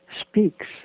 speaks